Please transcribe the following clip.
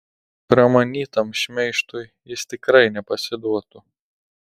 pramanytam šmeižtui jis tikrai nepasiduotų